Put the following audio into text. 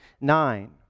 nine